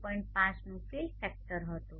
5 નું fill factor હતું